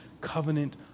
covenant